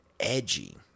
edgy